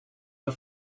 for